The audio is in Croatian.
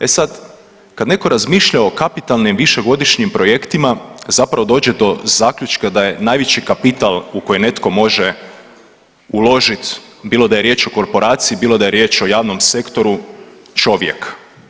E sad kad netko razmišlja o kapitalnim višegodišnjim projektima zapravo dođe do zaključka da je najveći kapital u koji netko može uložiti bilo da je riječ o korporaciji, bilo da je riječ o javnom sektoru čovjek.